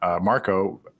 Marco